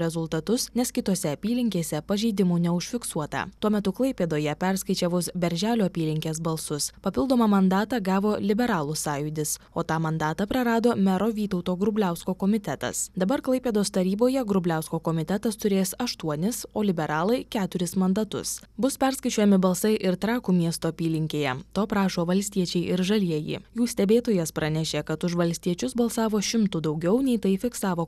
rezultatus nes kitose apylinkėse pažeidimų neužfiksuota tuo metu klaipėdoje perskaičiavus berželio apylinkės balsus papildomą mandatą gavo liberalų sąjūdis o tą mandatą prarado mero vytauto grubliausko komitetas dabar klaipėdos taryboje grubliausko komitetas turės aštuonis o liberalai keturis mandatus bus perskaičiuojami balsai ir trakų miesto apylinkėje to prašo valstiečiai ir žalieji jų stebėtojas pranešė kad už valstiečius balsavo šimtu daugiau nei tai fiksavo